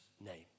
name